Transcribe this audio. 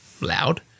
loud